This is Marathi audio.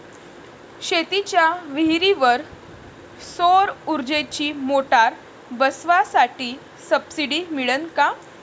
शेतीच्या विहीरीवर सौर ऊर्जेची मोटार बसवासाठी सबसीडी मिळन का?